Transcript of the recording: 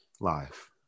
life